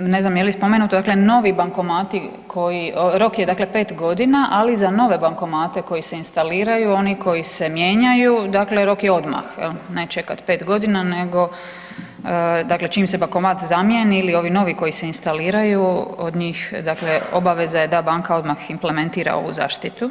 ne znam je li spomenuto, dakle novi bankomati koji, rok je dakle 5 godina, ali za nove bankomate koji se instaliraju oni koji se mijenjaju dakle rok je odmah, ne čekati 5 godina nego dakle čim se bankomat zamijeni ili ovi novi koji se instaliraju od njih dakle obaveza je da banka odmah implementira ovu zaštitu.